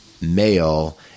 male